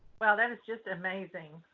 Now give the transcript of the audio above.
well that is just amazing